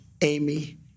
Amy